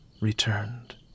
returned